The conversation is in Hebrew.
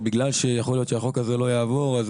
שבגלל שיכול להיות שהחוק הזה לא יעבור אז